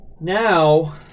Now